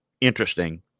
interesting